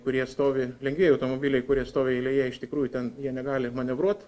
kurie stovi lengvieji automobiliai kurie stovi eilėje iš tikrųjų ten jie negali manevruot